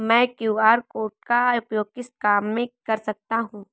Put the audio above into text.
मैं QR code का उपयोग किस काम में कर सकता हूं?